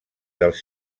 dels